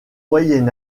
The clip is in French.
moyen